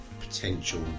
potential